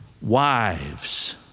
wives